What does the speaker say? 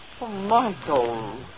Michael